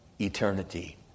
eternity